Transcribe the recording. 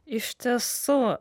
iš tiesų